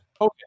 Okay